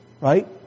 Right